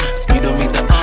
speedometer